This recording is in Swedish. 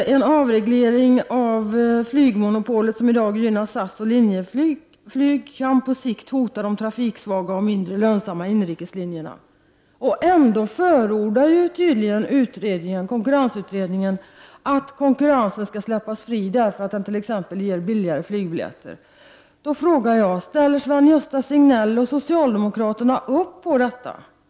En avreglering av flygmonopolet, som i dag gynnar SAS och Linjeflyg, kan på sikt hota de trafiksvaga och mindre lönsamma inrikeslinjerna. Konkurrensutredningen förordar tydligen ändå att konkurrensen skall släppas fri, därför att den t.ex. ger billigare flygbiljetter. Jag frågar då om Sven-Gösta Signell och socialdemokraterna ställer upp på detta.